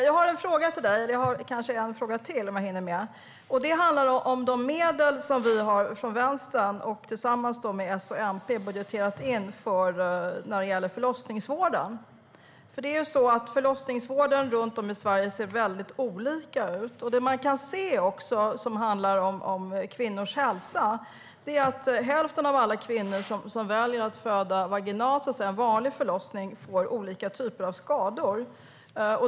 Jag har en fråga som handlar om de medel som vi från Vänstern tillsammans med S och MP har budgeterat in när det gäller förlossningsvården. Förlossningsvården runt om i Sverige ser väldigt olika ut. Det vi vet när det handlar om kvinnors hälsa är att hälften av alla kvinnor som väljer att föda vaginalt, vanlig förlossning, får olika typer av skador.